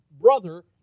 brother